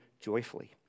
joyfully